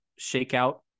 shakeout